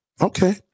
okay